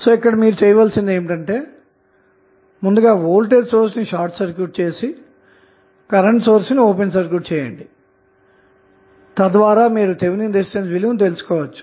కాబట్టి మీరు చేయవలసింది ఏమిటంటే మొదట వోల్టేజ్ సోర్స్ ని షార్ట్ సర్క్యూట్ చేసి కరెంటు సోర్స్ ని ఓపెన్ సర్క్యూట్ చేయండి తద్వారా మీరు థెవినిన్ రెసిస్టెన్స్ విలువను తెలుసుకోవచ్చు